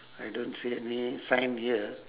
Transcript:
I don't see any sign here